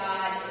God